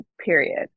period